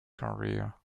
career